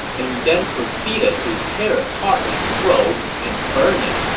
and he then proceeded to tear apart his scroll and burn it.